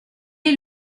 est